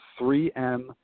3M